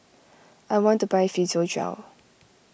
I want to buy Physiogel